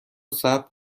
ثبت